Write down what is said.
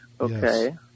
Okay